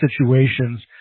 situations